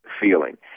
feeling